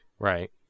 Right